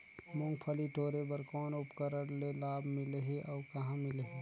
मुंगफली टोरे बर कौन उपकरण ले लाभ मिलही अउ कहाँ मिलही?